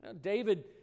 David